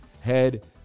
head